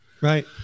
Right